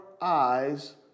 eyes